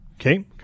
Okay